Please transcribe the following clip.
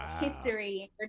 history